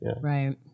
Right